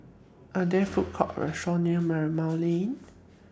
Are There Food Courts Or restaurants near Marymount Lane